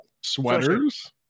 Sweaters